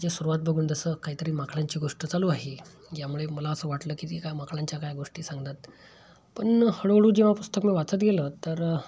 त्याची सुरुवात बघून जसं काहीतरी माकडांची गोष्ट चालू आहे यामुळे मला असं वाटलं की ती काय माकडांच्या काय गोष्टी सांगतात पण हळूहळू जेव्हा पुस्तक मी वाचत गेलं तर